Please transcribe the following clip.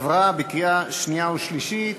התשע"ד 2014, עברה בקריאה שנייה ושלישית.